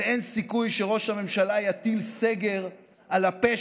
ואין סיכוי שראש הממשלה יטיל סגר על הפה